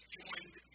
joined